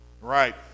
Right